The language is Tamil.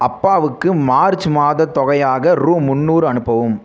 அப்பாவுக்கு மார்ச் மாதத் தொகையாக ரூபா முந்நூறு அனுப்பவும்